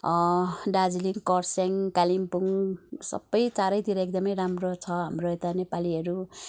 दार्जिलिङ कर्सियङ कालिम्पोङ सबै चारैतिर एकदमै राम्रो छ हाम्रो यता नेपालीहरू